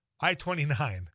I-29